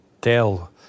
tell